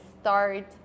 start